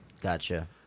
Gotcha